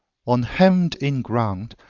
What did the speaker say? on hemmed-in ground,